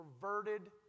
perverted